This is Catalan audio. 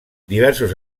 diversos